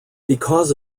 because